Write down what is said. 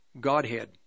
Godhead